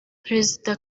perezida